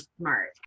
smart